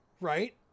right